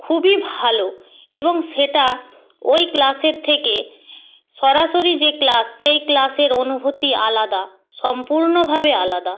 খুবই ভালো এবং সেটা ওই ক্লাসের থেকে সরাসরি যে ক্লাস সেই ক্লাসের অনুভূতি আলাদা সম্পূর্ণভাবে আলাদা